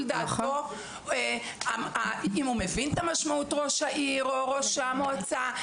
דעתו של ראש העיר או של ראש המועצה,